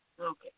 Okay